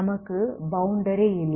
நமக்கு பௌண்டரி இல்லை